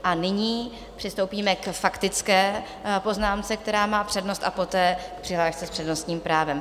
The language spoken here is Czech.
A nyní přistoupíme k faktické poznámce, která má přednost, a poté k přihlášce s přednostním právem.